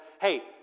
hey